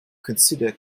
consider